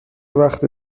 وقت